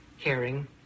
caring